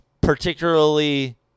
particularly